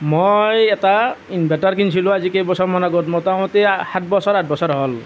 মই এটা ইনভাৰ্টাৰ কিনিছিলোঁ আজি কেইবছৰমান আগত মোটামুটি সাত বছৰ আঠ বছৰমান হ'ল